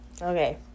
Okay